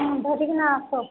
ହଁ ଧରିକିନା ଆସ